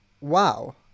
Wow